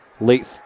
Late